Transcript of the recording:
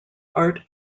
art